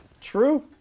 True